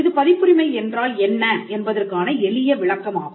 இது பதிப்புரிமை என்றால் என்ன என்பதற்கான எளிய விளக்கம் ஆகும்